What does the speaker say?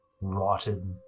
rotted